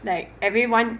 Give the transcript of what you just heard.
like everyone